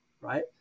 right